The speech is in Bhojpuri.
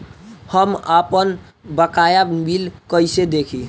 हम आपनबकाया बिल कइसे देखि?